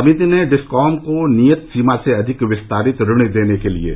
समिति ने डिस्कॉम को नियत सीमा से अधिक विस्तारित ऋण के लिए